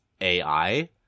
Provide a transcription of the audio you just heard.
AI